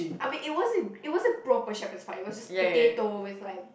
I mean it wasn't it wasn't proper shepard's pie it was just potato with like